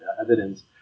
evidence